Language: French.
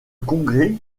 congrès